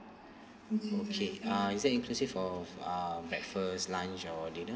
okay uh is that inclusive of um breakfast lunch or dinner